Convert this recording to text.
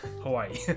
Hawaii